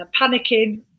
panicking